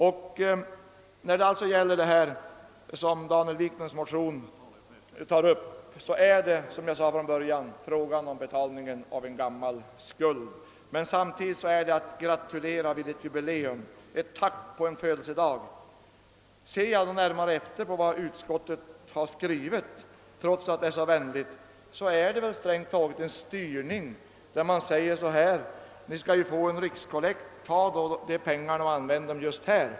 Vad beträffar det som tas upp i Daniel Wiklunds motion är det, som jag sade i början, frågan om betalning av en gammal skuld. Men samtidigt är det fråga om att gratulera vid ett jubileum, ett tack på en födelsedag. Om jag ser närmare på vad utskottet har skrivit är det väl, trots att det är så vänligt, strängt taget fråga om en styrning, där utskottet säger ungefär följande: Ni skall ju få en rikskollekt, ta då de pengarna och använd dem för detta ändamål!